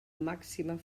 màxima